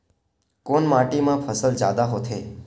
कोन माटी मा फसल जादा होथे?